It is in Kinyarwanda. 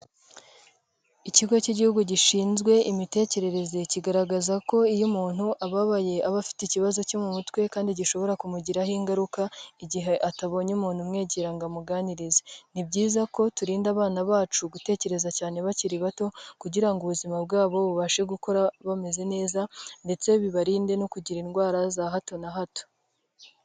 Ikigo cy'igihugu gishinzwe imitekerereze kigaragaza ko iyo umuntu ababaye aba afite ikibazo cyo mu mutwe kandi gishobora kumugiraho ingaruka igihe atabonye umuntu umwegera ngo amuganirize, ni byiza ko turinda abana bacu gutekereza cyane bakiri bato kugira ngo ubuzima bwabo bubashe gukora bameze neza ndetse bibarinde no kugira indwara za hato na hato.